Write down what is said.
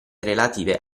relative